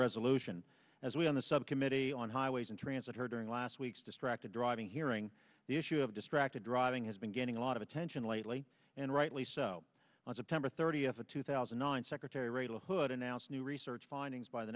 resolution as we on the subcommittee on highways and transit heard during last week's distracted driving hearing the issue of distracted driving has been getting a lot of attention lately and rightly so on september thirtieth of two thousand and nine secretary ray la hood announced new research findings by the